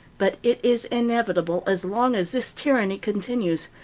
but it is inevitable as long as this tyranny continues,